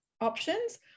options